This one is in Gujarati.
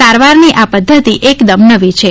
સારવારની આ પધ્ધતિ એકદમ નવી છે